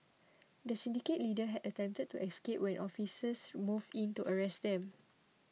the syndicate leader had attempted to escape when officers moved in to arrest them